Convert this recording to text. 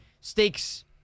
stakes